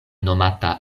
nomata